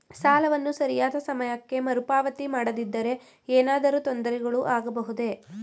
ಸಾಲವನ್ನು ಸರಿಯಾದ ಸಮಯಕ್ಕೆ ಮರುಪಾವತಿ ಮಾಡದಿದ್ದರೆ ಏನಾದರೂ ತೊಂದರೆಗಳು ಆಗಬಹುದೇ?